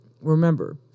remember